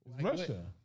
Russia